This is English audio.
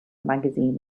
magazine